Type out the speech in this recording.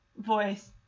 Voice